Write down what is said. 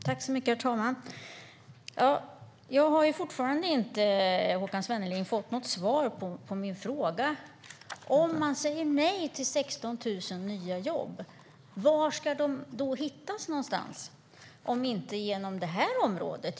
Herr talman! Jag har fortfarande inte fått något svar av Håkan Svenneling på min fråga: Om man säger nej till 16 000 nya jobb, var ska de då hittas någonstans om inte inom det här området?